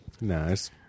Nice